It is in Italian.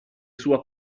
sua